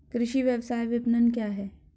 कृषि व्यवसाय विपणन क्या है?